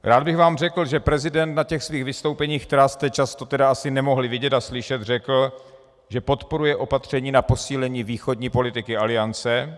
Rád bych vám řekl, že prezident na těch svých vystoupeních, která jste asi nemohli vidět a slyšet, řekl, že podporuje opatření na posílení východní politiky Aliance.